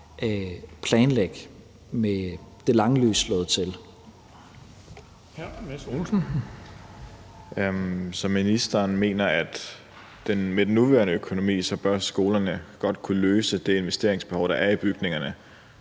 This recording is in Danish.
Bonnesen): Hr. Mads Olsen. Kl. 14:35 Mads Olsen (SF): Så ministeren mener, at med den nuværende økonomi bør skolerne godt kunne løse det investeringsbehov, der er i bygningerne,